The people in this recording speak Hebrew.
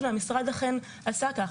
המשרד אכן עשה כך,